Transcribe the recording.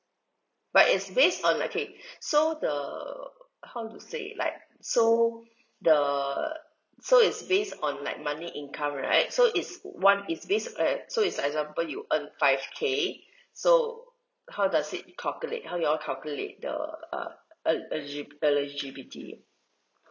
but it's based on okay so the how to say like so the so it's based on like monthly income right so it's one it's based uh so is example you earn five K so how does it calculate how you all calculate the uh el~ eli~ eligibility